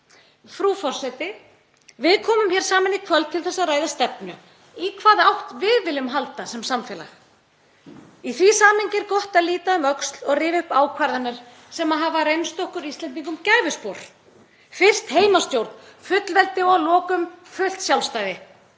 Frú forseti. Við komum hér saman í kvöld til þess að ræða stefnu, í hvaða átt við viljum halda sem samfélag. Í því samhengi er gott að líta um öxl og rifja upp ákvarðanir sem hafa reynst okkur Íslendingum gæfuspor. Fyrst heimastjórn, fullveldi og að lokum fullt sjálfstæði.